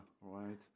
right